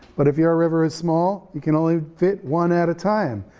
but if your river is small, you can only fit one at a time.